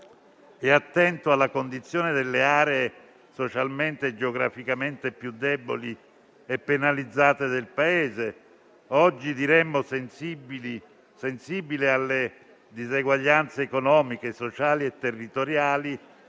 e attento alla condizione delle aree socialmente e geograficamente più deboli e penalizzate del Paese; oggi diremmo sensibile alle diseguaglianze economiche, sociali e territoriali